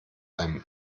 einem